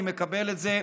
אני מקבל את זה,